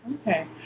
Okay